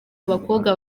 abakobwa